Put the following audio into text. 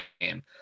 game